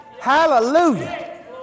Hallelujah